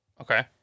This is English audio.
Okay